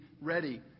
ready